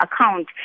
account